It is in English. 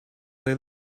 they